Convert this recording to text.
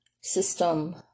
system